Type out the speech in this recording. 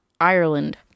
Ireland